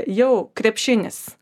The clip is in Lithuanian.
jau krepšinis